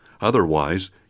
Otherwise